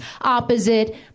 opposite